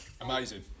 Amazing